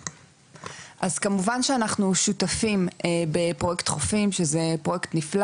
אז כמובן שאנחנו שותפים בפרויקט "חופים" שזה פרויקט נפלא